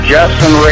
Justin